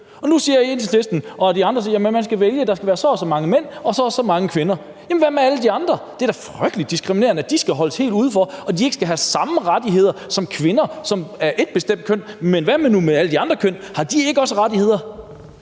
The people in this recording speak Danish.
og nu siger Enhedslisten og andre, at man skal vælge, at der skal være så og så mange mænd og så og så mange kvinder. Jamen hvad med alle de andre? Det er da frygtelig diskriminerende, at de skal holdes helt udenfor, og at de ikke skal have samme rettigheder som kvinder, som er ét bestemt køn, men hvad nu med alle de andre køn? Har de ikke også rettigheder?